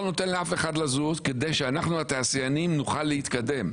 נותן לאף אחד לזוז כדי שאנחנו התעשיינים נוכל להתקדם.